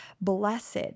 blessed